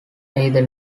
either